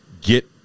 get